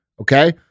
Okay